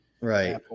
right